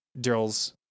Daryl's